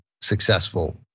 successful